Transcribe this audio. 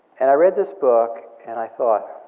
and i read this book, and i thought,